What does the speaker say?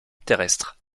terrestre